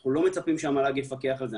אנחנו לא מצפים שהמל"ג יפקח על זה,